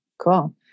Cool